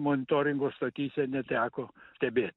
monitoringo stotyse neteko stebėti